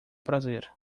prazer